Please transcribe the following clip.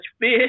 fish